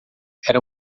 era